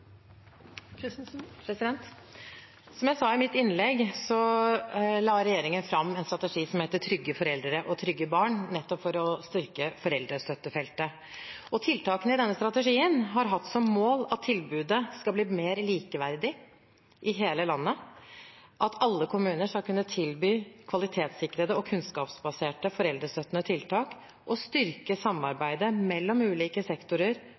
Som jeg sa i mitt innlegg, la den forrige regjeringen fram en strategi som het Trygge foreldre – trygge barn, nettopp for å styrke foreldrestøttefeltet. Tiltakene i denne strategien har hatt som mål at tilbudet skal bli mer likeverdig i hele landet – at alle kommuner skal kunne tilby kvalitetssikrede og kunnskapsbaserte foreldrestøttende tiltak og styrke samarbeidet mellom ulike sektorer